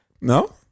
No